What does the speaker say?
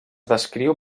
descriu